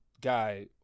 guy